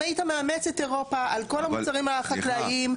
אם היית מאמץ על כל המוצרים החקלאיים,